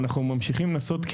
ואנחנו ממשיכים לנסות,